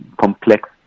complex